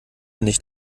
nicht